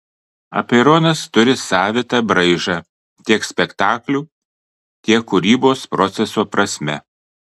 apeironas turi savitą braižą tiek spektaklių tiek kūrybos proceso prasme